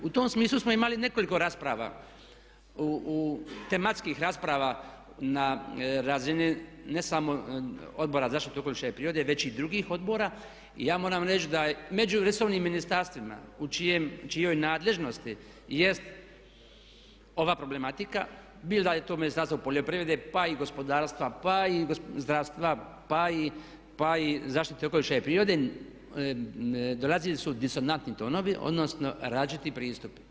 U tom smislu smo imali nekoliko rasprava, tematskih rasprava na razini ne samo Odbora za zaštitu okoliša i prirode već i drugih odbora i ja moram reći da je među resornim ministarstvima u čijoj nadležnosti jest ova problematika, bilo da je to Ministarstvo poljoprivrede pa i gospodarstva, pa i zdravstva pa i zaštite okoliša i prirode dolazili su disonantni tonovi odnosno različiti pristupi.